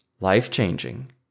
life-changing